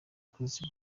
chris